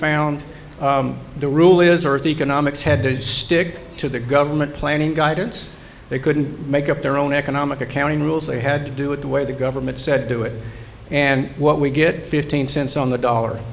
found the rule is earth economics had to stick to the government planning guidance they couldn't make up their own economic accounting rules they had to do it the way the government said do it and what we get fifteen cents on the dollar